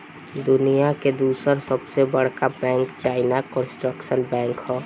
दुनिया के दूसर सबसे बड़का बैंक चाइना कंस्ट्रक्शन बैंक ह